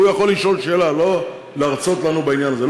הוא יכול לשאול שאלה, לא להרצות לנו בעניין הזה.